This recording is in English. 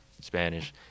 Spanish